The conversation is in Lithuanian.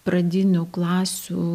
pradinių klasių